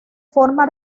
forma